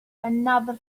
another